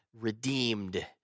redeemed